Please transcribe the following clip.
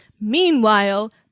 meanwhile